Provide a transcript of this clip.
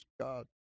God